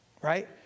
Right